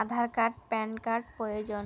আধার আর PAN card প্রয়োজন